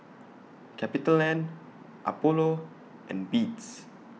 CapitaLand Apollo and Beats